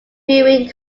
viewing